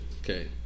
okay